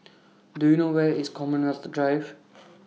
Do YOU know Where IS Commonwealth Drive